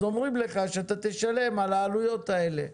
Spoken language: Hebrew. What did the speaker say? אז אומרים לך שאתה תשלם על העלויות האלה.